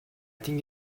think